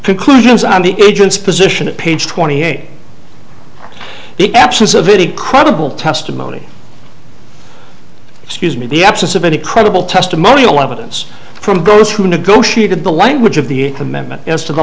conclusions on the agent's position at page twenty eight the absence of any credible testimony excuse me the absence of any credible testimonial evidence from gross who negotiated the language of the amendment as to the